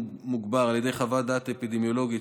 על ידי חוות דעת אפידמיולוגית,